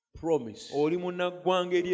promise